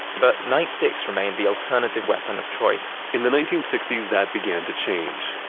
but nightsticks remained the alternative weapon of choice in the nineteen sixty s, that began to change.